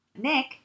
Nick